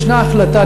ישנה החלטה,